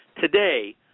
Today